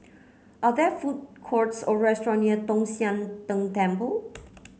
are there food courts or restaurant near Tong Sian Tng Temple